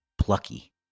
plucky